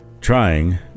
trying